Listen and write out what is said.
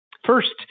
First